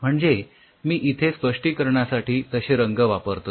म्हणजे मी इथे स्पष्टीकरणासाठी तसे रंग वापरतोय